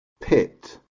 pit